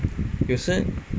有时